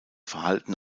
verhalten